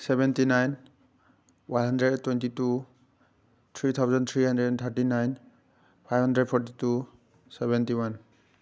seventy nine one hundred twenty two three thousand three hundred and thirty nine five hundred forty two seventy one